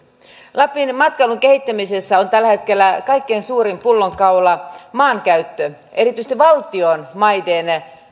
lapin matkailun kehittämisessä on tällä hetkellä kaikkein suurin pullonkaula maankäyttö erityisesti valtion maiden